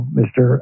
mr